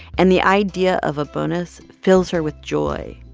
and the idea of a bonus fills her with joy.